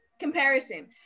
Comparison